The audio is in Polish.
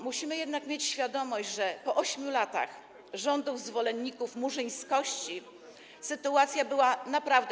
Musimy jednak mieć świadomość, że po 8 latach rządów zwolenników murzyńskości sytuacja była naprawdę.